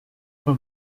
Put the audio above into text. for